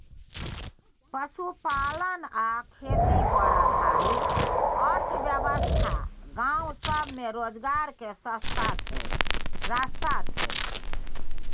पशुपालन आ खेती पर आधारित अर्थव्यवस्था गाँव सब में रोजगार के रास्ता छइ